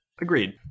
Agreed